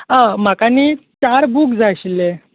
आं म्हाका न्ही चार बूक जाय आशिल्ले